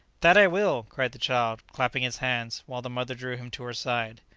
that i will! cried the child, clapping his hands, while the mother drew him to her side.